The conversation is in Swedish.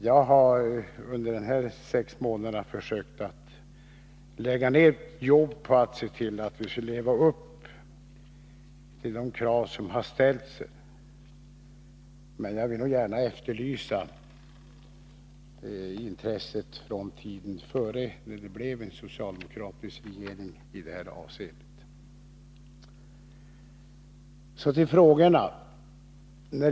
Jag har under dessa sex månader försökt lägga ned jobb på att se till att vi skall leva upp till de krav som har ställts, men jag vill nog efterlysa intresset från tiden innan det blev en socialdemokratisk regeringen. Så till frågorna.